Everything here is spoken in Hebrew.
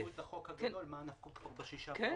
ואם יאשרו את החוק הגדול, מה --- ב-6 באוגוסט?